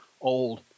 old